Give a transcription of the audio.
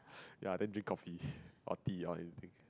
ya then drink coffee or tea or anything